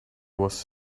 was